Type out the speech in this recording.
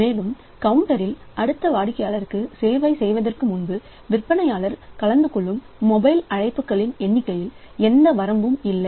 மேலும் கவுண்டரில் அடுத்த வாடிக்கையாளருக்கு சேவை செய்வதற்கு முன்பு விற்பனையாளர் கலந்துகொள்ளும் மொபைல் அழைப்புகளின் எண்ணிக்கையில் எந்த வரம்பும் இல்லை